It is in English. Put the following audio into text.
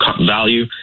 value